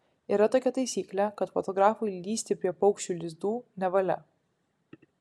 yra tokia taisyklė kad fotografui lįsti prie paukščių lizdų nevalia